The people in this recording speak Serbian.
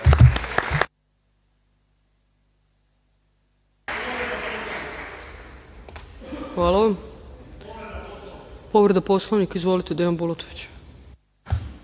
Hvala vam